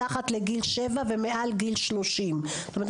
מתחת לגיל שבע ומעל גיל 30. זאת אומרת,